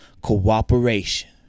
Cooperation